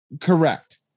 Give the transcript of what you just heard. Correct